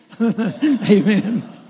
Amen